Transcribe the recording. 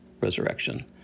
resurrection